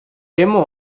demo